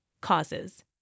Causes